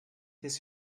this